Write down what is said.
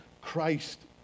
christ